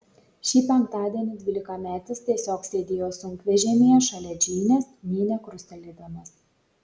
šį penktadienį dvylikametis tiesiog sėdėjo sunkvežimyje šalia džeinės nė nekrustelėdamas